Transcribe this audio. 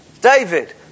David